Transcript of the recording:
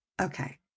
Okay